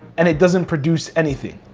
and it doesn't produce anything.